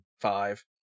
five